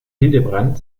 hildebrand